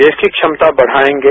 देश की क्षमता बढ़ाएंगे